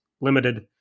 limited